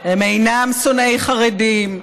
הם אינם שונאי חרדים,